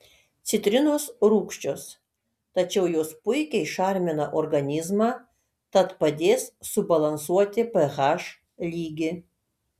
citrinos rūgščios tačiau jos puikiai šarmina organizmą tad padės subalansuoti ph lygį